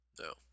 No